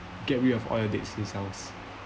get rid of all your dead skin cells